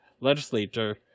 legislator